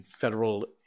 Federal